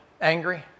angry